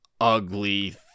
ugly